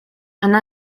она